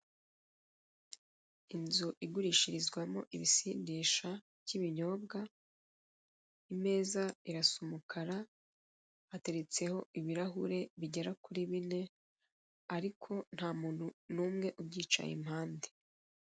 Inzu igurishirizwamo ibisindisha by'ibinyobwa imeza irasa umukara hateretseho ibirahure bigera kuri bine ariko ntamuntu n'umwe ibyicaye iruhande.